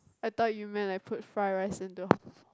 I thought you meant like put fry rice in to